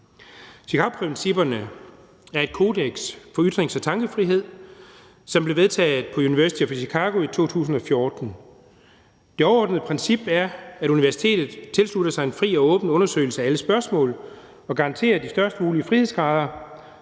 Chicagoprincipperne er et kodeks for ytrings- og tankefrihed, som blev vedtaget på University of Chicago i 2014. Det overordnede princip er, at universitetet tilslutter sig en fri og åben undersøgelse af alle spørgsmål og garanterer de størst mulige frihedsgrader